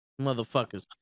Motherfuckers